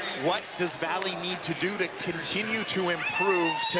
what does valley need to do to continue to improveto